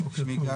בוקר טוב, גל.